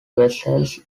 vassals